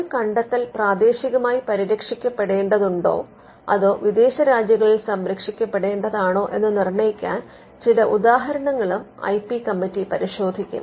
ഒരു കണ്ടെത്തൽ പ്രാദേശികമായി പരിരക്ഷിക്കപ്പെടേണ്ടതാണോ അതോ വിദേശ രാജ്യങ്ങളിൽ സംരക്ഷിക്കേണ്ടതാണോ എന്ന് നിർണയിക്കാൻ ചില ഉദാഹരണങ്ങളും ഐ പി കമ്മിറ്റി പരിശോധിക്കും